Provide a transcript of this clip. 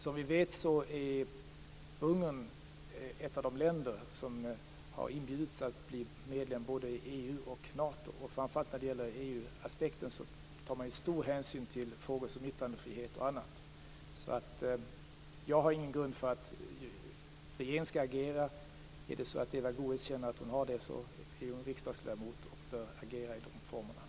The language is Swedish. Som vi vet är Ungern ett av de länder som har inbjudits att bli medlem i både EU och NATO. Framför allt när det gäller EU-aspekten tar man stor hänsyn till frågor som yttrandefrihet och annat. Jag ser ingen grund för att regeringen skall agera. Om Eva Goës, som är riksdagsledamot, gör det bör hon agera enligt de former som gäller.